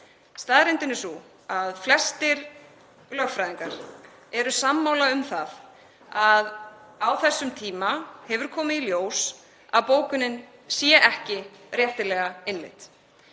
Staðreyndin er sú að flestir lögfræðingar eru sammála um að á þessum tíma hafi komið í ljós að bókunin sé ekki réttilega innleidd.